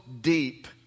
deep